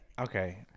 okay